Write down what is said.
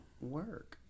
work